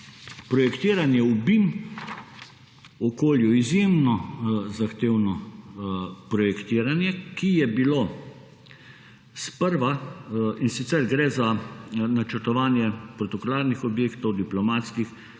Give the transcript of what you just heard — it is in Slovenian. projektiranje v BIM okolju, izjemno zahtevno projektiranje, in sicer gre za načrtovanje protokolarnih objektov, diplomatskih,